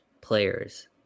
players